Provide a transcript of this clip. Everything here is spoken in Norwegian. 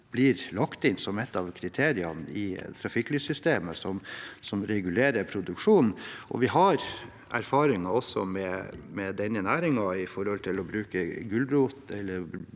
blir lagt inn som et av kriteriene i trafikklyssystemet som regulerer produksjonen. Vi har også erfaringer med denne næringen med hensyn til å bruke gulrot eller